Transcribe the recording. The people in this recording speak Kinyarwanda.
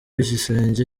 igisenge